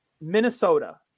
Minnesota